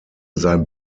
sein